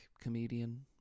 comedian